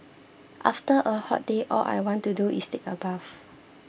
after a hot day all I want to do is take a bath